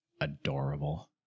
adorable